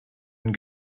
and